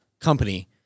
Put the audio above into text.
company